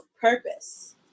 purpose